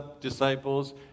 disciples